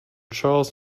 charles